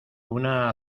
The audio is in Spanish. una